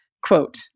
Quote